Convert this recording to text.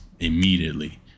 Immediately